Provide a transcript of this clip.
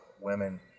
women